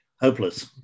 hopeless